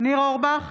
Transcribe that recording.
ניר אורבך,